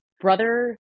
brother-